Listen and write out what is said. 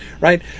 right